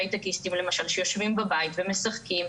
הייטיקיסטים למשל שיושבים בבית ומשחקים,